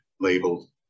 labeled